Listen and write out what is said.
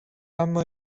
اما